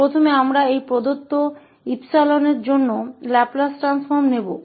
तो पहले हम इस दिए गए 𝜖 के लिए लाप्लास ट्रांसफॉर्म लेंगे